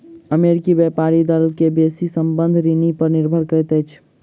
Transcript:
अमेरिकी व्यापारी दल के बेसी संबंद्ध ऋण पर निर्भर करैत अछि